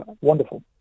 wonderful